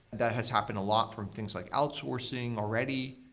that has happened a lot from things like outsourcing already.